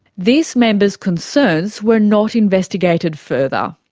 this member's concerns were not investigated further.